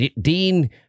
Dean